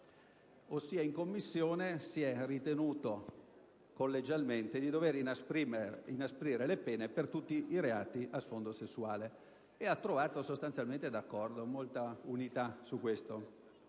In Commissione si è ritenuto collegialmente di dover inasprire le pene per tutti i reati a sfondo sessuale, e ci siamo trovati sostanzialmente tutti d'accordo: c'è stata molta unità su questo